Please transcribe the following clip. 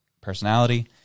personality